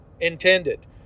intended